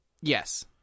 Yes